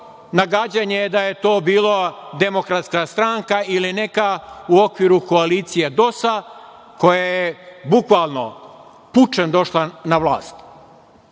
Nagađanje je da je to bila Demokratska stranka ili neka u okviru koalicije DOS-a koja je bukvalno pučem došla na